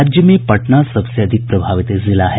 राज्य में पटना सबसे अधिक प्रभावित जिला है